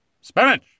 Spinach